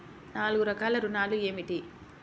నాలుగు రకాల ఋణాలు ఏమిటీ?